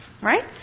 Right